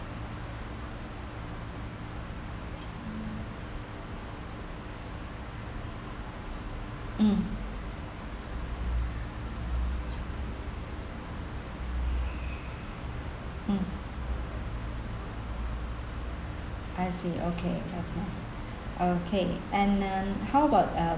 hmm hmm I see okay I see I see okay and how about